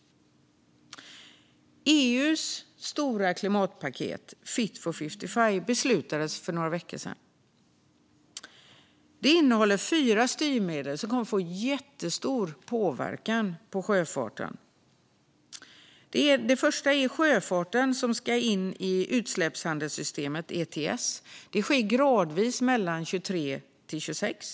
EU:s stora klimatpaket Fit for 55 beslutades för några veckor sedan. Det innehåller fyra styrmedel som kommer att få jättestor påverkan på sjöfarten. Det första är att sjöfarten ska in i utsläppshandelssystemet ETS. Det sker gradvis mellan åren 2023 och 2026.